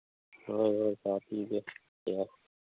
ꯍꯣꯏ ꯍꯣꯏ ꯇꯥꯕꯤꯒꯦ